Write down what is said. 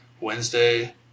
Wednesday